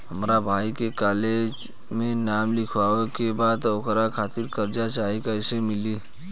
हमरा भाई के कॉलेज मे नाम लिखावे के बा त ओकरा खातिर कर्जा चाही कैसे मिली?